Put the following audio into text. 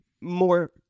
more